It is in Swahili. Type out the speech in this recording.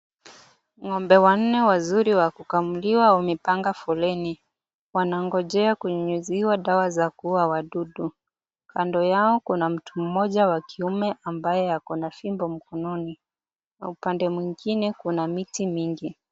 Ng'ombe wanne wazuri wa kukamuliwa wamepanga foleni. Wanangojea kunyunyuziwa dawa za kuua wadudu. Kando yao kuna mtu mmoja wa kiume ambaye ako na fimbo mkononi. Upande mwingine kuna miti mingi.